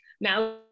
now